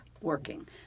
working